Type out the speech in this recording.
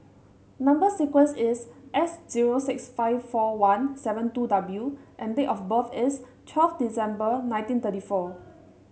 number sequence is S zero six five four one seven two W and date of birth is twelve December nineteen thirty four